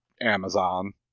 Amazon